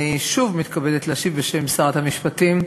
אני שוב מתכבדת להשיב בשם שרת המשפטים,